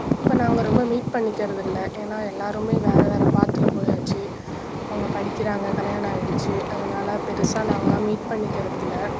இப்போ நாங்கள் ரொம்ப மீட் பண்ணிக்கிறதில்லை ஏன்னால் எல்லோருமே வேறு வேறு பாத்தில் போயாச்சு அவங்க படிக்கிறாங்க கல்யாணம் ஆயிடுச்சு அதனால் பெரிசாக நாங்களாம் மீட் பண்ணிக்கிறதில்லை